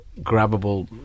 grabbable